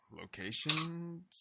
location